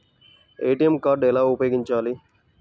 ATM card ఎలా ఉపయోగించాలి?